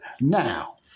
Now